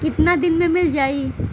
कितना दिन में मील जाई?